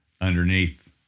underneath